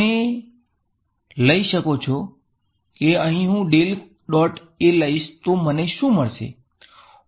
તમે લઈ જોઈ શકો છો કે અહી હુ લઈશ તો મને શુ મળશે